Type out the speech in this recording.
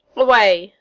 away!